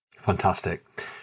Fantastic